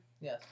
Yes